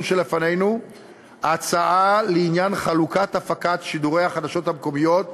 שלפנינו הצעה לעניין חלוקת הפקת שידורי החדשות המקומיות ביניהם,